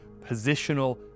positional